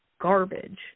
garbage